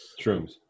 Shrooms